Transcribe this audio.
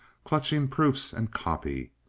clutching proofs and copy.